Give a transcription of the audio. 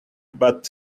but